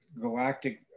galactic